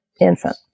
infant